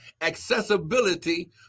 accessibility